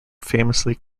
famously